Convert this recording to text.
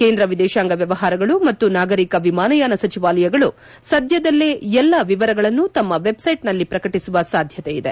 ಕೇಂದ್ರ ವಿದೇಶಾಂಗ ವ್ಯವಹಾರಗಳು ಮತ್ತು ನಾಗರಿಕ ವಿಮಾನಯಾನ ಸಚಿವಾಲಯಗಳು ಸದ್ಯದಲ್ಲೇ ಎಲ್ಲಾ ವಿವರಗಳನ್ನು ತಮ್ಮ ವೆಬ್ಸೈಟ್ನಲ್ಲಿ ಪ್ರಕಟಿಸುವ ಸಾಧ್ಯತೆ ಇದೆ